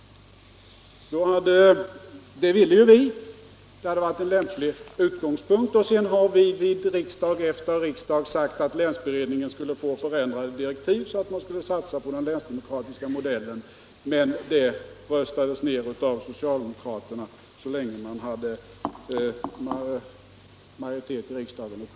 Det ville vi, eftersom det hade varit en lämplig utgångspunkt, och sedan har vi vid riksdag efter riksdag föreslagit att länsberedningen skulle få ändrade direktiv och satsa på den länsdemokratiska modellen. Detta röstades ned av socialdemokraterna så länge de hade majoritet i riksdagen.